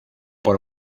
por